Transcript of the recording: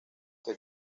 que